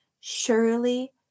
surely